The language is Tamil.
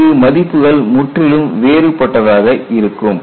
அங்கு மதிப்புகள் முற்றிலும் வேறுபட்டதாக இருக்கும்